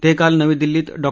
ते काल नवी दिल्लीत डॉ